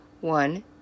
One